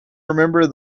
remember